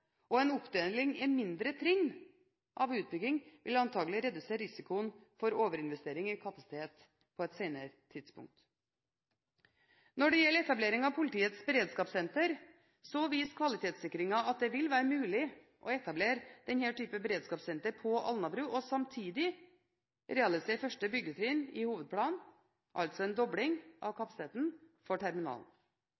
og en oppdeling i mindre trinn av utbygging vil antakelig redusere risikoen for overinvestering i kapasitet på et senere tidspunkt. Når det gjelder etableringen av politiets beredskapssenter, viste kvalitetssikringen at det vil være mulig å etablere denne type beredskapssenter på Alnabru og samtidig realisere første byggetrinn i hovedplanen – altså en dobling av